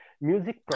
music